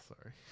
Sorry